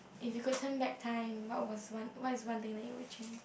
if could you turn back time what was what is one thing that you would change